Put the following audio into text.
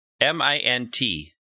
M-I-N-T